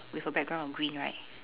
with a background of green right